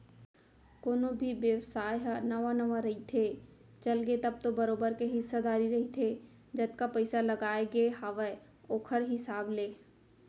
कोनो भी बेवसाय ह नवा नवा रहिथे, चलगे तब तो बरोबर के हिस्सादारी रहिथे जतका पइसा लगाय गे हावय ओखर हिसाब ले